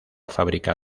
fábrica